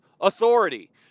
authority